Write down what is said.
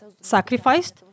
sacrificed